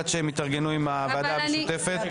עד שהם יתארגנו עם הוועדה המשותפת.